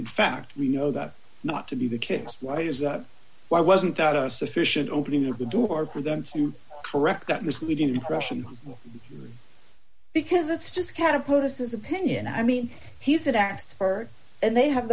in fact we know that not to be the case why is that why wasn't that a sufficient opening of the door for them to correct that misleading impression because that's just catapult us as opinion i mean he said asked for and they have